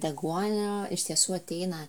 deguonio iš tiesų ateina